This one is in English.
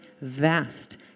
vast